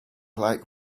like